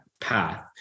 path